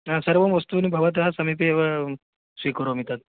हा सर्वाणि वस्तूनि भवतः समीपे एव स्वीकरोमि तद्